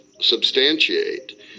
substantiate